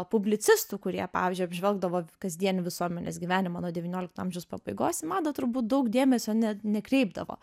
publicistų kurie pavyzdžiui apžvelgdavo kasdienį visuomenės gyvenimą nuo devyniolikto amžiaus pabaigos į madą turbūt daug dėmesio net nekreipdavo